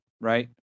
right